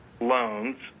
loans